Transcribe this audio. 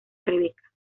rebecca